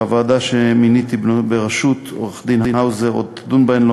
והוועדה שמיניתי בראשות עו"ד האוזר עוד תדון בהן.